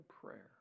prayer